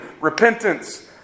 repentance